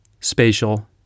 spatial